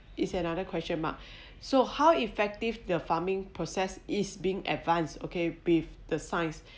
it's another question mark so how effective the farming process is being advanced okay with the science